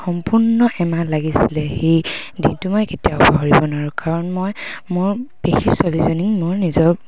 সম্পূৰ্ণ এমাহ লাগিছিলে সেই দিনটো মই কেতিয়াও পাহৰিব নোৱাৰোঁ কাৰণ মই মোৰ পেহী ছোৱালীজনীক মোৰ নিজৰ